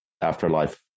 afterlife